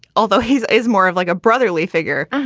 although he's is more of like a brotherly figure.